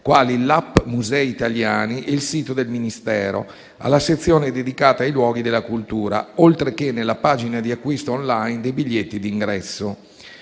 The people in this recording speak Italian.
quali l'*app* Musei Italiani e il sito del Ministero, alla sezione dedicata ai luoghi della cultura, oltre che nella pagina di acquisto *online* dei biglietti di ingresso.